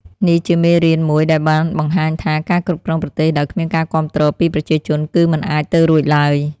នេះជាមេរៀនមួយដែលបានបង្ហាញថា ការគ្រប់គ្រងប្រទេសដោយគ្មានការគាំទ្រពីប្រជាជនគឺមិនអាចទៅរួចឡើយ។